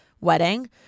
wedding